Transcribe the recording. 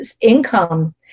income